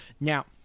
now